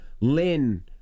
Lynn